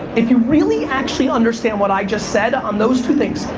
if you really actually understand what i just said on those two things,